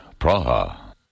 Praha